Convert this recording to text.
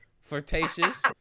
Flirtatious